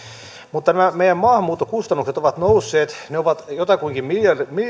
mutta nämä meidän maahanmuuttokustannukset ovat nousseet ne ovat jotakuinkin miljardin